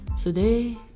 Today